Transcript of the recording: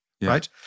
right